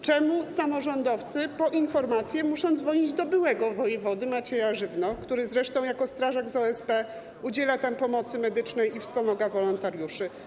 Czemu samorządowcy po informacje muszą dzwonić do byłego wojewody Macieja Żywny, który zresztą jako strażak z OSP udziela tam pomocy medycznej i wspomaga wolontariuszy?